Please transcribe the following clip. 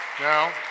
Now